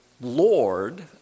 Lord